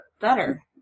better